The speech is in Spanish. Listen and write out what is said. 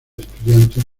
estudiantes